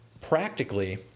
practically